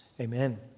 Amen